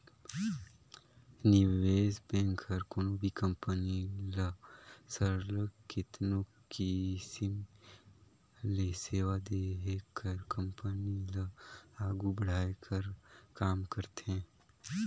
निवेस बेंक हर कोनो भी कंपनी ल सरलग केतनो किसिम ले सेवा देहे कर कंपनी ल आघु बढ़ाए कर काम करथे